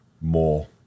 more